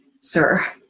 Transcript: sir